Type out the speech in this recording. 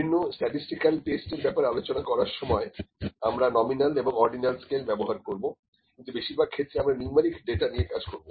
বিভিন্ন statistical test এর ব্যাপারে আলোচনা করার সময় আমরা নমিনাল এবং অর্ডিনাল স্কেল ব্যবহার করব কিন্তু বেশিরভাগ ক্ষেত্রে আমরা নিউমেরিক্ ডাটা নিয়ে কাজ করব